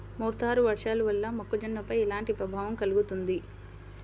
మోస్తరు వర్షాలు వల్ల మొక్కజొన్నపై ఎలాంటి ప్రభావం కలుగుతుంది?